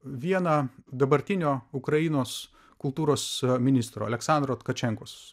vieną dabartinio ukrainos kultūros ministro aleksandro tkačenkos